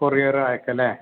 courier അയക്കാം അല്ലേ